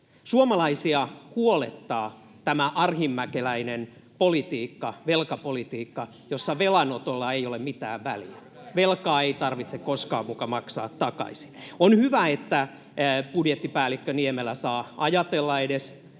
Suomalaisia huolettaa tämä arhinmäkeläinen politiikka, [Veronika Honkasalo: Mitä!] velkapolitiikka, jossa velan otolla ei ole mitään väliä. Velkaa ei tarvitse koskaan muka maksaa takaisin. On hyvä, että budjettipäällikkö Niemelä saa ajatella edes